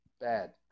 bad